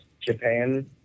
Japan